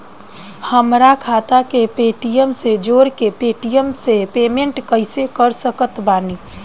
हमार खाता के पेटीएम से जोड़ के पेटीएम से पेमेंट कइसे कर सकत बानी?